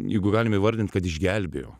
jeigu galim įvardint kad išgelbėjo